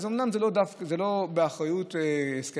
אז אומנם זה לא באחריות משרד התחבורה,